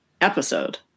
episode